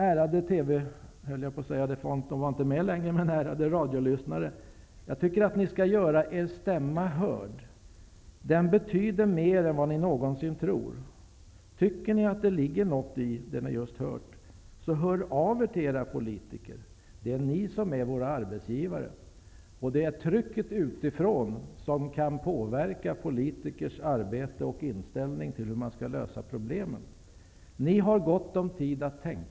Ärade radiolyssnare! Jag tycker att ni skall göra er stämma hörd. Den betyder mer än vad ni någonsin tror. Tycker ni att det ligger något i det ni nyss hört, så hör av er till era politiker! Det är ni som är våra arbetsgivare. Det är trycket utifrån som kan påverka politikers arbete och inställning till hur man skall lösa problemen.